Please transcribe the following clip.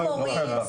חמורים,